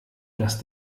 dass